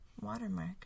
watermark